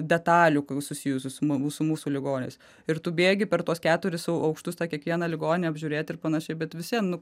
detalių susijusių su mū su mūsų ligonis ir tu bėgi per tuos keturis aukštus tą kiekvieną ligonį apžiūrėti ir panašiai bet vis vien